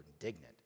indignant